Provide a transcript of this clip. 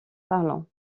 parlant